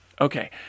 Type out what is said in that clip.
Okay